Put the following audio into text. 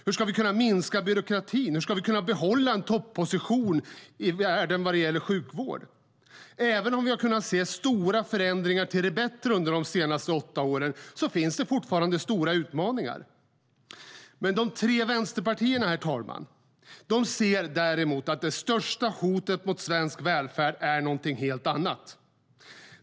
Hur ska vi kunna minska byråkratin och samtidigt behålla en topposition i världen vad gäller sjukvård? Även om vi har kunnat se stora förändringar till det bättre under senaste åtta åren finns det fortfarande stora utmaningar. Herr talman! De tre vänsterpartierna ser däremot att det största hotet mot svensk välfärd är någonting helt annat.